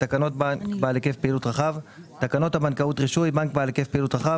תקנות הבנקאות (רישוי) (בנק בעל היקף פעילות רחב),